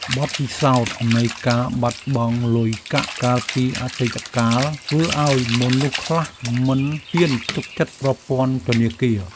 បទពិសោធន៍នៃការបាត់បង់លុយកាក់កាលពីអតីតកាល ធ្វើឱ្យមនុស្សខ្លះមិនហ៊ានទុកចិត្តប្រព័ន្ធធនាគារ។